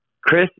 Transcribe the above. Chris